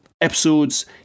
episodes